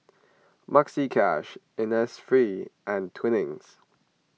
Maxi Cash Innisfree and Twinings